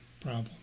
problem